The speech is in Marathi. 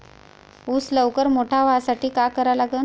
ऊस लवकर मोठा व्हासाठी का करा लागन?